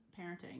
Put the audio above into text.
parenting